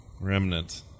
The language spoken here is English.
Remnant